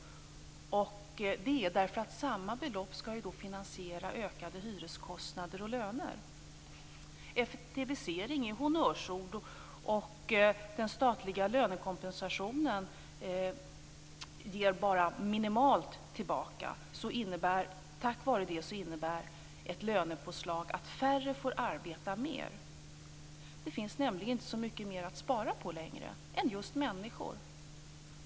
Samma belopp skall ju finansiera ökade hyreskostnader och löner. Effektivisering är ett honnörsord. Den statliga lönekompensationen ger bara minimalt tillbaka. Det gör att ett lönepåslag innebär att färre får arbeta mera. Det finns nämligen inte längre så mycket mer att spara på än just människor.